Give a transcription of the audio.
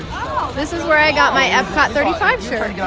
this is where i got my epcot thirty five shirt.